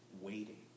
waiting